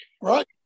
Right